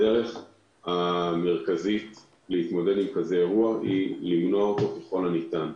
הדרך המרכזית להתמודד עם כזה אירוע היא למנוע אותו ככל הניתן.